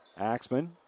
Axman